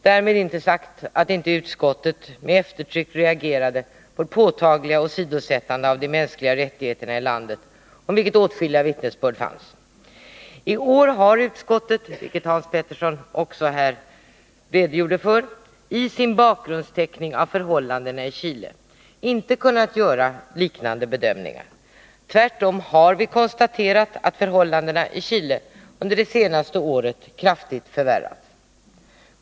Därmed är inte sagt att utskottet inte med eftertryck reagerade mot det påtagliga åtsidosättande av de mänskliga rättigheterna i landet, om vilket åtskilliga vittnesbörd fanns. I år har utskottet — Hans Petersson redovisade detta—i sin bakgrundsteckning av förhållandena i Chile inte kunnat göra liknande bedömningar. Tvärtom har vi konstaterat att förhållandena i Chile under det senaste året kraftigt förvärrats.